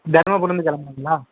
தர்மபுரிலருந்து கிளம்புறீங்களா